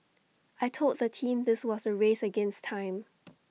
I Told the team this was A race against time